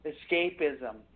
Escapism